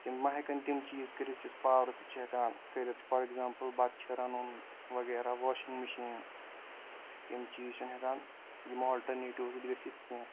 تِم مہ ہیٚکن تِم چیٖز کٔرتھ یُس پاورس سۭتۍ چھِ ہیٚکان کٔرتھ فار ایٚکزامپٕل بَتہٕ چھُ رَنُن وغیٖرہ واشِنگ مِشیٖن تِم چیٖز چھِنہٕ ہیٚکان یِم آلٹرنیٹیوز سۭتۍ گٔژھتھ کیٚنٛہہ